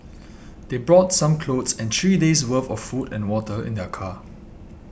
they brought some clothes and three days' worth of food and water in their car